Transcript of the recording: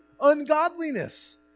ungodliness